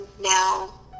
now